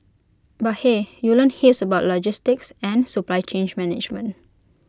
but hey you learn heaps about logistics and supply chain management